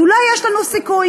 אז אולי יש לנו סיכוי.